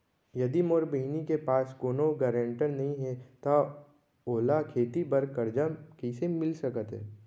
यदि मोर बहिनी के पास कोनो गरेंटेटर नई हे त ओला खेती बर कर्जा कईसे मिल सकत हे?